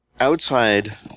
outside